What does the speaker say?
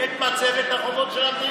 אתה מוריד את המצבת החובות של המדינה.